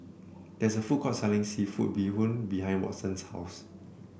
there is a food court selling seafood Bee Hoon behind Watson's house